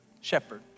shepherd